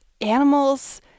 animals